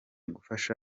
gufashwa